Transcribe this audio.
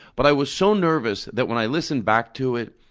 but i was so nervous that when i listened back to it,